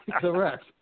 Correct